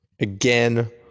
again